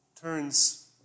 turns